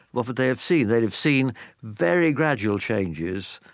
what would they have seen? they'd have seen very gradual changes,